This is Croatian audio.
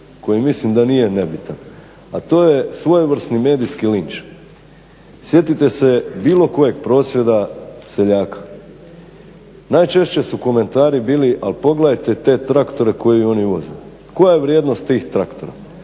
koji mislim da nije nebitan, a to je svojevrsni medijski linč. Sjetite se bilo kojeg prosvjeda seljaka. Najčešće su komentari bili al pogledajte te traktore koje oni voze. Koja je vrijednost tih traktora?